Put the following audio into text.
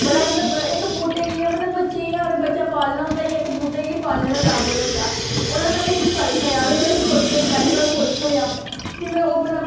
बड़ा मतलब इक बूह्टे गी इ'यां मतलब बच्चे इ'यां इक बच्चे गी पालना होंदा इ'यां इक बूह्टे गी पालने दे बराबर होंदा होर ओह्दे कन्नै इक फल थ्होया बड़ी खुश होई पैह्ली बारी फल थ्होया फ्ही में ओह् बनाया